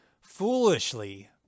Foolishly